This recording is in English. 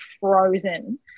frozen